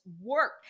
work